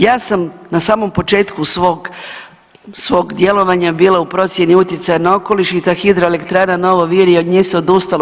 Ja sam na samom početku svog djelovanja bila u procjeni utjecaja na okoliš i ta hidroelektrana Novo Virje, od nje se odustalo.